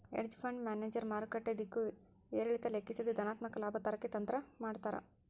hedge fund manager ಮಾರುಕಟ್ಟೆ ದಿಕ್ಕು ಏರಿಳಿತ ಲೆಕ್ಕಿಸದೆ ಧನಾತ್ಮಕ ಲಾಭ ತರಕ್ಕೆ ತಂತ್ರ ಮಾಡ್ತಾರ